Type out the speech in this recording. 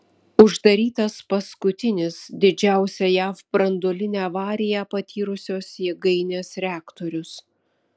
uždarytas paskutinis didžiausią jav branduolinę avariją patyrusios jėgainės reaktorius